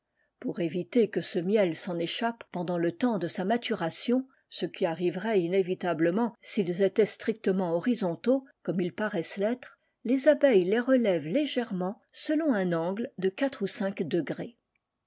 pour éviter que ce miel s'en échappe pendant le temps de sa maturation ce qui arriverait inévitablement s'ils étèiient strictement horizontaux comme ils paraissent l'être les abeilles les relèvent légèrement selon un angle de quatre ou cinq degrés